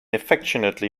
affectionately